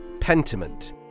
Pentiment